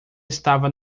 estava